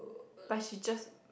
but she just